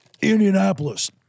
Indianapolis